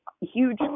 huge